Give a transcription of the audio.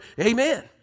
Amen